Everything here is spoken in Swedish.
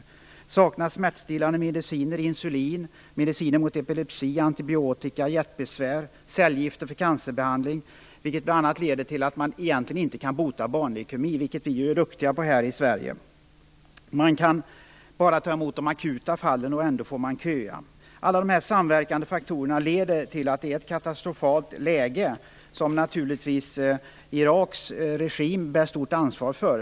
Det saknas smärtstillande mediciner, insulin mediciner mot epilepsi, antibiotika, hjärtmedicin och cellgifter för cancerbehandling, vilket gör att man inte kan bota barnleukemi. Det är ju vi duktiga på här i Sverige. Man kan bara ta emot akuta fall, och ändå blir det köer. Alla dessa samverkande faktorer gör att läget är katastrofalt, vilket naturligtvis Iraks regim bär stort ansvar för.